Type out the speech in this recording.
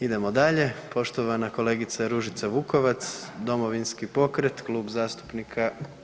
Idemo dalje poštovana kolegica Ružica Vukovac Domovinski pokret Klub zastupnika.